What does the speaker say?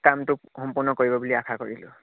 কামটো সম্পূৰ্ণ কৰিব বুলি আশা কৰিলোঁ